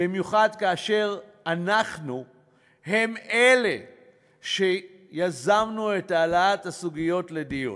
במיוחד כאשר אנחנו אלה שיזמו את העלאת הסוגיות לדיון.